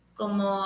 como